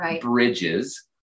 bridges